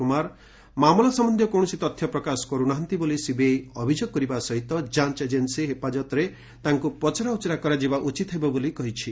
କୁମାର ମାମଲା ସମ୍ଭନ୍ଧୀୟ କୌଣସି ତଥ୍ୟ ପ୍ରକାଶ କରୁନାହାନ୍ତି ବୋଲି ସିବିଆଇ ଅଭିଯୋଗ କରିବା ସହିତ ଯାଞ୍ଚ ଏଜେନ୍ସୀ ହେପାଜତରେ ତାଙ୍କୁ ପଚରାଉଚୁରା କରାଯିବା ଉଚିତ ହେବ ବୋଲି କହିଛି